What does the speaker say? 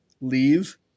leave